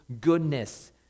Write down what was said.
goodness